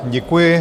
Děkuji.